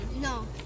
No